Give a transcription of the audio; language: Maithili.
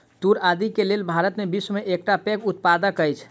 तूर आदि के लेल भारत विश्व में एकटा पैघ उत्पादक अछि